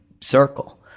circle